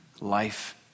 life